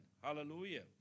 Hallelujah